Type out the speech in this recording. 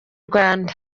rwanda